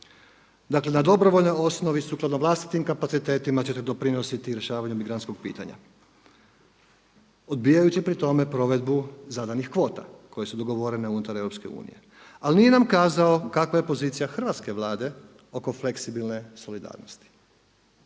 Dakle, na dobrovoljnoj osnovi sukladno vlastitim kapacitetima ćete doprinositi rješavanju emigrantskog pitanja odbijajući pri tome provedbu zadanih kvota koje su dogovorene unutar EU. Ali nije nam kazao kakva je pozicija hrvatske Vlade oko fleksibilne solidarnosti,